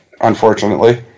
unfortunately